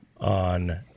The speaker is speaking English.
on